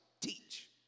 teach